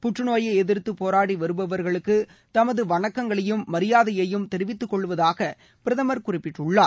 புற்றுநோயை எதிர்த்து போராடி வருபவர்களுக்கு தமது வணக்கங்களையும் மரியாதையையும் தெரிவித்து கொள்வதாக பிரதமர் குறிப்பிட்டுள்ளார்